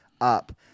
up